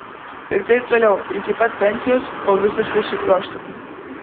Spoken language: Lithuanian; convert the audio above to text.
ir taip toliau iki pat pensijos kol visiškai sukrioščiau